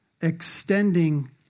extending